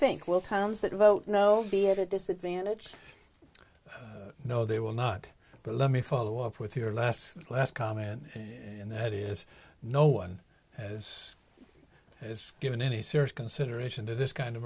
think will times that vote no be at a disadvantage no they will not but let me follow up with your last last comment and that is no one as is given any serious consideration to this kind of